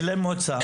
אין להם מועצה.